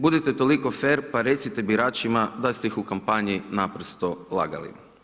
Budite toliko fer pa recite biračima da ste ih u kampanji naprosto lagali.